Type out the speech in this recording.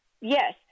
Yes